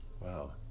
Wow